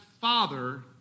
father